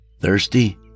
Thirsty